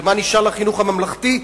ומה נשאר לחינוך הממלכתי?